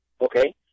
okay